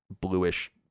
bluish